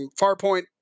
Farpoint